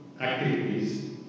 activities